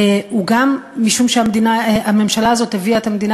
גם משום שהממשלה הזאת הביאה את המדינה